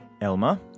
Elma